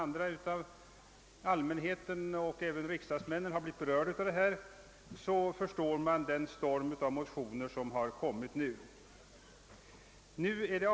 När sedan allmänheten och även riks stationsindragningar den ena efter den andra förstår man den ström av motioner som blev följden.